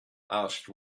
asked